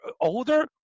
older